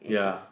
ya